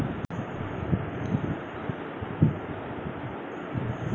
ধান চাষ বৃদ্ধির কী কী পর্যায় রয়েছে?